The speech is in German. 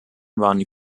waren